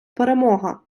перемога